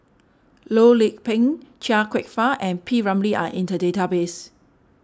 Loh Lik Peng Chia Kwek Fah and P Ramlee are in the database